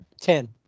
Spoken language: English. Ten